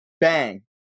bang